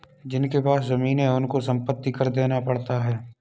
जिनके पास जमीने हैं उनको संपत्ति कर देना पड़ता है